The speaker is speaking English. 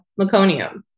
meconium